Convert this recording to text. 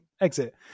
exit